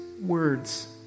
words